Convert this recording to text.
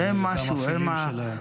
גם המפעילים שלהם.